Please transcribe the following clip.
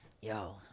Yo